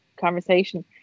conversation